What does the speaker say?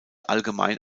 allgemein